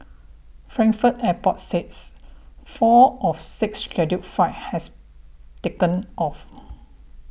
frankfurt airport said four of six scheduled flights has taken off